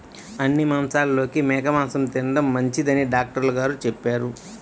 అన్ని మాంసాలలోకి మేక మాసం తిండం మంచిదని డాక్టర్ గారు చెప్పారు